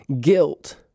Guilt